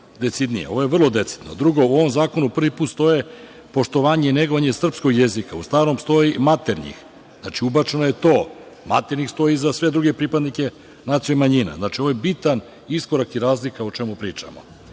decidnije. Ovo je vrlo decidno. Drugo, u ovom zakonu prvi put stoji poštovanje i negovanje srpskog jezika. U starom stoji maternji. Znači, ubačeno je to. Maternji stoji za sve druge pripadnike nacionalnih manjina. Znači, ovo je bitan iskorak i razlika o čemu pričamo. Zakon